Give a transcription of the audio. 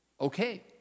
okay